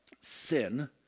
Sin